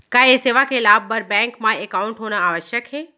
का ये सेवा के लाभ बर बैंक मा एकाउंट होना आवश्यक हे